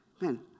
man